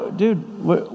dude